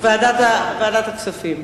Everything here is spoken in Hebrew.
ועדת הכספים.